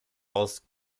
aus